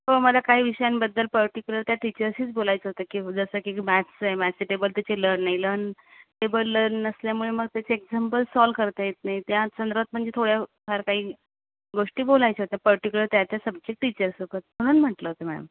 हो मला काही विषयांबद्दल पर्टिक्युलर त्या टीचर्सशीच बोलायचं होतं की जसं की ही मॅथ्स आहे मॅथचे टेबल त्याचे लर्न नाई लर्न टेबल लर्न नसल्यामुळे मग त्याचे एक्झाम्पल सोल्व्ह करता येत नाही त्या संदर्भात म्हणजे थोड्याफार काही गोष्टी बोलायच्या होत्या पर्टिक्युलर त्या त्या सब्जेक्ट टीचर्ससोबत म्हणून म्हटलं होत मॅडम